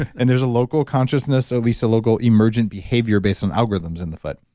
and there's a local consciousness, or at least a local emergent behavior based on algorithms in the foot.